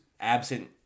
absent